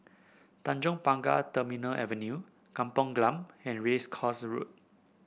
Tanjong Pagar Terminal Avenue Kampung Glam and Race Course Road